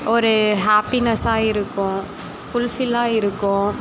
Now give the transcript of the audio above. ஒரு ஹேப்பினஸ்ஸாக இருக்கும் ஃபுல்ஃபில்லாக இருக்கும்